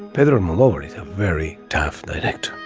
peter malone. he's a very tough act.